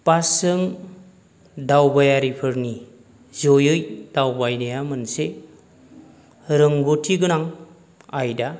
बास जों दावबायारिफोरनि जयै दावबायनाया मोनसे रोंगौथि गोनां आयदा